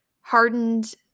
hardened